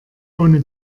ohne